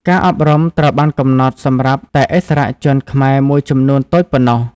ការអប់រំត្រូវបានកំណត់សម្រាប់តែឥស្សរជនខ្មែរមួយចំនួនតូចប៉ុណ្ណោះ។